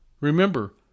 Remember